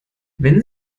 wenn